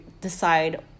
decide